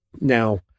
Now